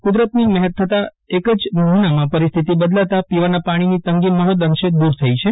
કુદરતની મહેર થતાં એક જ મહિનામાં પરિસ્થિતિ બદલાતા પીવાના પાણીની તંગી મહૃદઅંશે દૂર થઇ છે